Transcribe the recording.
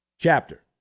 chapter